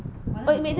wanted to go